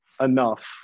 enough